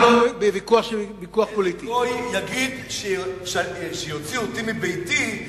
איזה גוי יגיד "שיוציאו אותי מביתי"?